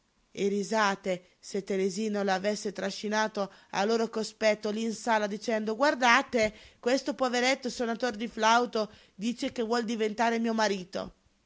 e dorina che risate se teresina lo avesse trascinato al loro cospetto lí in sala dicendo guardate questo poveretto sonator di flauto dice che vuol diventare mio marito